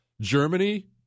Germany